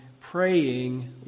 praying